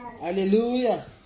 Hallelujah